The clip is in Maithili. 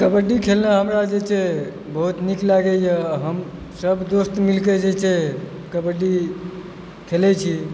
कबड्डी खेलनाइ हमरा जे छै बहुत नीक लागैए हम सब दोस्त मिलिके जे छै कबड्डी खेलैत छी